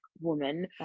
woman